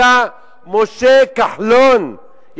אתה משה כחלון,